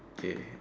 K